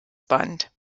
band